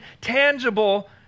tangible